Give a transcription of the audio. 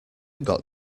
got